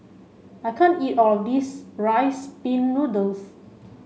I can't eat all of this rice pin noodles